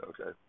okay